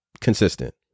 consistent